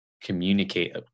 communicate